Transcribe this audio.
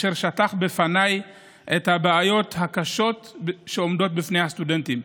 והוא שטח לפניי את הבעיות הקשות שעומדות בפני הסטודנטים.